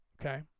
Okay